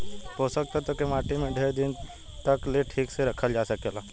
पोषक तत्व के माटी में ढेर दिन तक ले ठीक से रखल जा सकेला